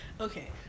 Okay